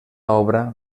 obra